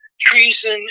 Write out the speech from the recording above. treason